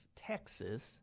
Texas